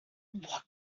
what